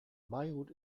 beirut